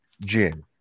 gin